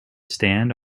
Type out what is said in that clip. stand